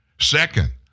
Second